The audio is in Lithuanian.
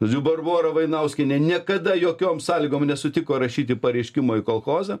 žodžiu barbora vainauskienė niekada jokiom sąlygom nesutiko rašyti pareiškimo į kolchozą